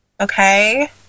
Okay